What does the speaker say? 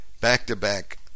back-to-back